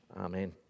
amen